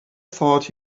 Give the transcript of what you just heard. thought